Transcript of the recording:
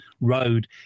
road